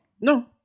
No